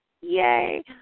Yay